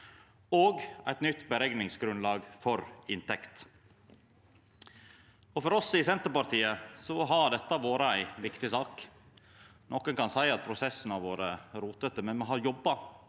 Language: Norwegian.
og eit nytt berekningsgrunnlag for inntekt. For oss i Senterpartiet har dette vore ei viktig sak. Ein kan nok seia at prosessen har vore rotete, men me har jobba